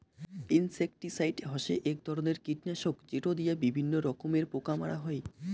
insecticide হসে এক ধরণের কীটনাশক যেটো দিয়া বিভিন্ন রকমের পোকা মারা হই